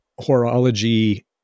horology